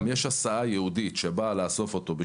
יש הסעה ייעודית, שאטל, שבאה לאסוף אותו.